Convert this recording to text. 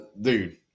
dude